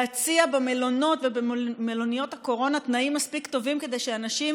להציע במלונות ובמלוניות הקורונה תנאים מספיק טובים כדי שאנשים